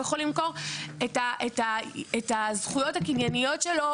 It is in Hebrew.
הוא יכול למכור את הזכויות הקנייניות שלו,